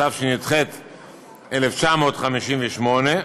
התשי"ח 1958,